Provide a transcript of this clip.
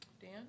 Dan